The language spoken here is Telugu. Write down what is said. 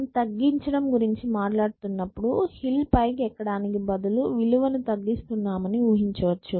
మనం తగ్గించడం గురించి మాట్లాడుతున్నప్పుడు హిల్ పైకి ఎక్కడానికి బదులు విలువను తగ్గిస్తున్నామని ఊహించవచ్చు